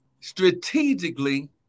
strategically